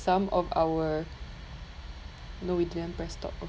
some of our no we didn't press talk